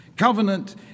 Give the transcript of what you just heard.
covenant